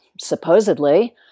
supposedly